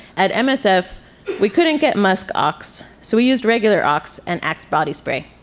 at msf we couldn't get musk ox so we used regular ox and axe body spray.